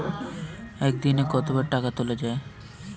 একদিনে কতবার টাকা তোলা য়ায়?